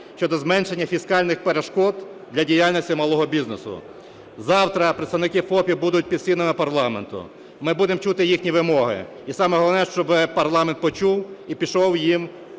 щодо зменшення фіскальних перешкод для діяльності малого бізнесу. Завтра представники ФОПів будуть під стінами парламенту, ми будемо чути їхні вимоги. І саме головне, щоби парламент почув і пішов їм